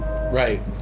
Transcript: right